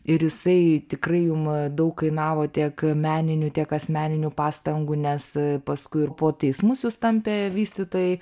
ir jisai tikrai jum daug kainavo tiek meninių tiek asmeninių pastangų nes paskui ir po teismus jus tampė vystytojai